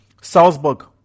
Salzburg